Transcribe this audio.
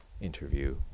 interview